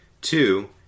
Two